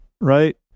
right